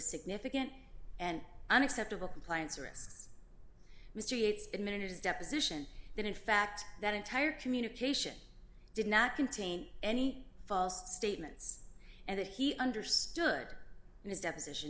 significant and unacceptable compliance risks mr yates admitted his deposition that in fact that entire communication did not contain any false statements and that he understood in his deposition